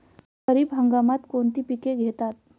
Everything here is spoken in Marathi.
खरीप हंगामात कोणती पिके घेतात?